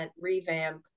revamp